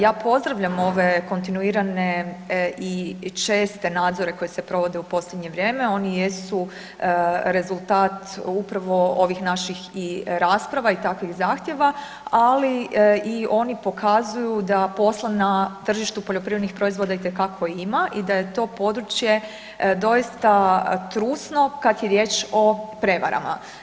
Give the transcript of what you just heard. Ja pozdravljam oce kontinuirane i česte nadzore koji se provode u posljednje vrijeme, oni jesu rezultat upravo ovih naših i rasprava i takvih zahtjeva, ali i oni pokazuju da posla na tržištu poljoprivrednih proizvoda itekako ima i da je to područje doista trusno kad je riječ o prevarama.